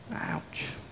Ouch